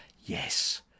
Yes